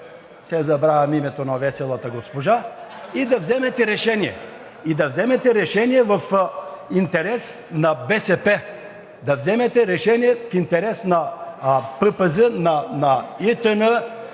все забравям името на веселата госпожа, и да вземете решение! И да вземете решение в интерес на БСП, да вземете решение в интерес на ПП, на ИТН,